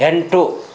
ಎಂಟು